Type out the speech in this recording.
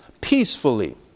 peacefully